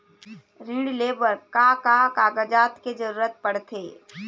ऋण ले बर का का कागजात के जरूरत पड़थे?